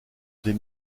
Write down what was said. des